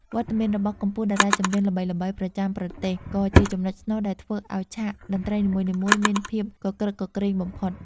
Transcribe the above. វត្តមានរបស់កំពូលតារាចម្រៀងល្បីៗប្រចាំប្រទេស ក៏ជាចំណុចស្នូលដែលធ្វើឱ្យឆាកតន្ត្រីនីមួយៗមានភាពគគ្រឹកគគ្រេងបំផុត។